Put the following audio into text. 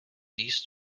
these